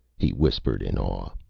he whispered in awe.